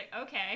okay